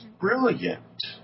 brilliant